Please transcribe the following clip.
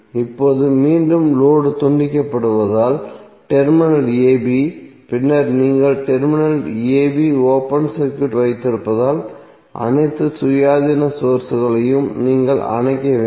இப்போது மீண்டும் லோடு துண்டிக்கப்படுவதால் டெர்மினல் a b பின்னர் நீங்கள் டெர்மினலில் a b ஓபன் சர்க்யூட் வைத்திருப்பதால் அனைத்து சுயாதீன சோர்ஸ்களையும் நீங்கள் அணைக்க வேண்டும்